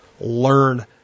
Learn